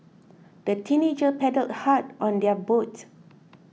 the teenagers paddled hard on their boat